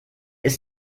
ist